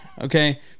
Okay